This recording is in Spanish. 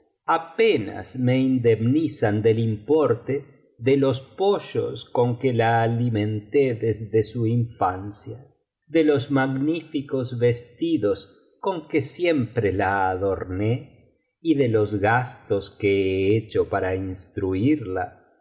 apenas me indemnizan del importe de los pollos con que la alimenté desde su infancia de los magníficos vestidos con que siempre la adorné y de los gastos que he hecho para instruirla